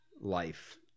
life